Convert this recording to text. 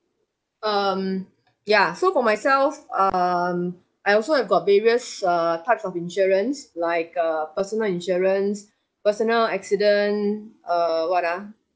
um ya so for myself um I also have got various err types of insurance like uh personal insurance personal accident err what ah